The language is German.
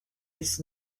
ist